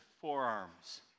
forearms